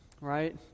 Right